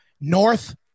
North